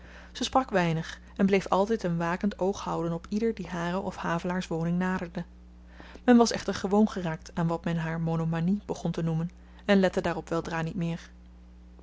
ze sprak weinig en bleef altyd een wakend oog houden op ieder die hare of havelaars woning naderde men was echter gewoon geraakt aan wat men haar monomanie begon te noemen en lette daarop weldra niet meer